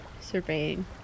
Surveying